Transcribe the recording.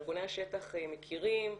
ארגוני השטח מכירים,